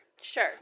Sure